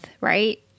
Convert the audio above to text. right